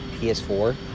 PS4